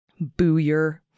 Booyer